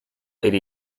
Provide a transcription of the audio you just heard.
eighty